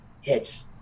hits